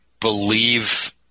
believe